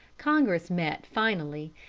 congress met finally,